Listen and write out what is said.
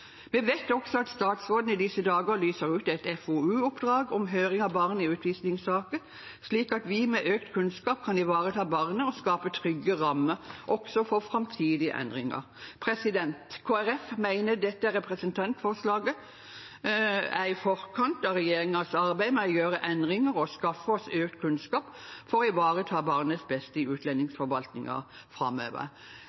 Vi vet også at statsråden i disse dager lyser ut et FoU-oppdrag om høring av barn i utvisningssaker, slik at vi med økt kunnskap kan ivareta barnet og skape trygge rammer også for framtidige endringer. Kristelig Folkeparti mener dette representantforslaget er i forkant av regjeringens arbeid med å gjøre endringer og skaffe oss økt kunnskap for å ivareta barnets beste i